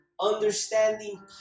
understanding